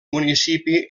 municipi